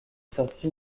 sorti